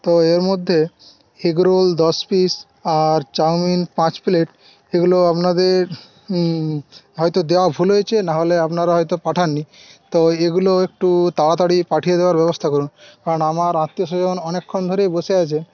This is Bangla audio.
তো এর মধ্যে এগরোল দশ পিস আর চাউমিন পাঁচ প্লেট এগুলো আপনাদের হয়তো দেওয়া ভুল হয়েছে নাহলে আপনারা হয়তো পাঠান নি তো এগুলো একটু তাড়াতাড়ি পাঠিয়ে দেওয়ার ব্যবস্থা করুন কারণ আমার আত্মীয়স্বজন অনেকক্ষণ ধরেই বসে আছে